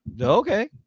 okay